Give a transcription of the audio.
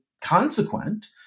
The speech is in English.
consequent